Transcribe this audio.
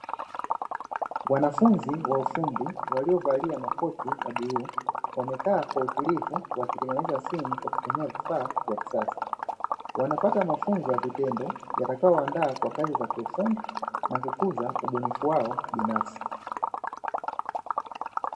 Wanafunzi wa ufundi waliovalia makoti ya bluu, wamekaa kwa utulivu wakitengeneza simu kwa kutumia vifaa vya kisasa. Wanapata mafunzo ya vitendo yatakayowaandaa kwa kazi za kiufundi, na kukuza ubunifu wao binafsi.